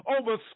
over